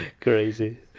Crazy